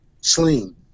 sling